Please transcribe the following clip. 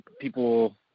people